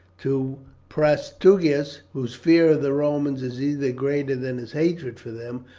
to prasutagus, whose fear of the romans is even greater than his hatred for them,